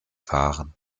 waren